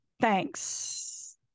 thanks